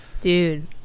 dude